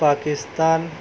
Pakistan